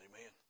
Amen